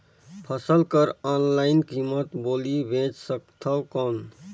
फसल कर ऑनलाइन कीमत बोली बेच सकथव कौन?